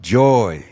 joy